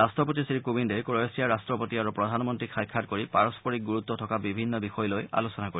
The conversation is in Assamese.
ৰাষ্ট্ৰপতি শ্ৰীকোৱিন্দে ক্ৰ ৱেছিয়াৰ ৰাট্টপতি আৰু প্ৰধানমন্ত্ৰীক সাক্ষাৎ কৰি পাৰস্পৰিক গুৰুত্ব থকা বিভিন্ন বিষয় লৈ আলোচনা কৰিব